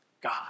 God